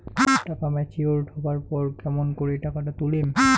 টাকা ম্যাচিওরড হবার পর কেমন করি টাকাটা তুলিম?